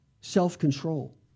self-control